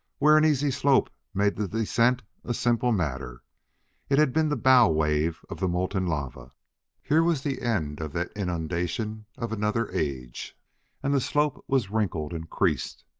where an easy slope made the descent a simple matter it had been the bow-wave of the molten lava here was the end of that inundation of another age and the slope was wrinkled and creased.